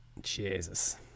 Jesus